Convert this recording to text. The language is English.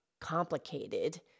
complicated